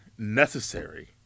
necessary